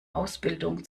ausbildung